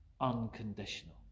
unconditional